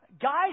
guys